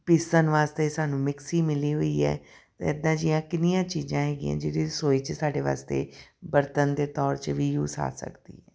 ਪੀਸਣ ਵਾਸਤੇ ਸਾਨੂੰ ਮਿਕਸੀ ਮਿਲੀ ਹੋਈ ਹੈ ਇੱਦਾਂ ਜਿਹੀਆਂ ਕਿੰਨੀਆਂ ਚੀਜ਼ਾਂ ਹੈਗੀਆਂ ਜਿਹੜੀਆਂ ਰਸੋਈ 'ਚ ਸਾਡੇ ਵਾਸਤੇ ਬਰਤਨ ਦੇ ਤੌਰ 'ਚ ਵੀ ਯੂਸ ਆ ਸਕਦੀ ਹੈ